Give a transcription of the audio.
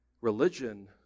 Religion